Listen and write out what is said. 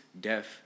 death